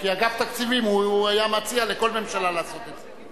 כי אגף תקציבים היה מציע לכל ממשלה לעשות את זה.